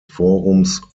forums